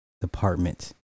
department